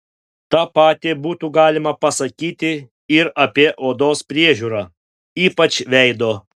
tą patį būtų galima pasakyti ir apie odos priežiūrą ypač veido